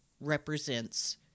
represents